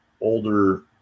older